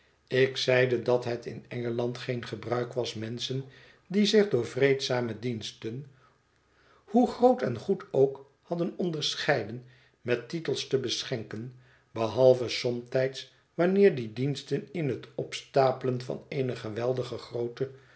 ik zeide dat het in engeland geen gebruik was menschen die zich door vreedzame diensten hoe groot en goed ook hadden onderscheiden met titels te beschenken behalve somtijds wanneer die diensten in het opstapelen van ëene geweldige groote